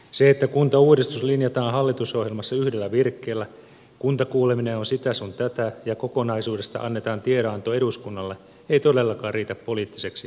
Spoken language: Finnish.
se että kuntauudistus linjataan hallitusohjelmassa yhdellä virkkeellä kuntakuuleminen on sitä sun tätä ja kokonaisuudesta annetaan tiedonanto eduskunnalle ei todellakaan riitä poliittiseksi perustaksi